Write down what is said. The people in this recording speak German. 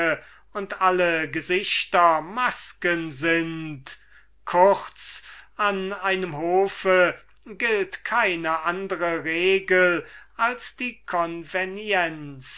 und alle gesichter masken sind kurz an einem hofe gilt keine andre regel als die